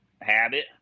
habit